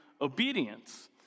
obedience